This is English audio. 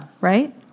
right